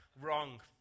wrong